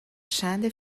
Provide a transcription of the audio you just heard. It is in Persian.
شأن